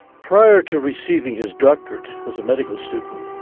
prior to receiving his doctorate as a medical student,